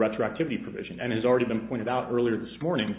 retroactivity provision and has already been pointed out earlier this morning